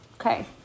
okay